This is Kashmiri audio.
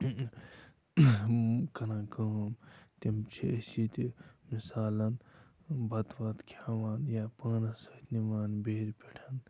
کَران کٲم تِم چھِ أسۍ ییٚتہِ مِثالَن بَتہٕ وَتہٕ کھٮ۪وان یا پانَس سۭتۍ نِوان بیرِ پٮ۪ٹھ